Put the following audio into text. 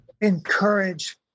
encourage